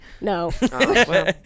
no